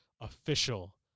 official